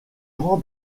grand